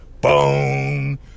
Boom